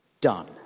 Done